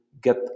get